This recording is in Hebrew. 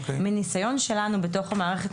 מניסיון שלנו בתוך המערכת,